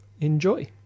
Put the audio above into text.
Enjoy